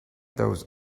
those